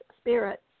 spirit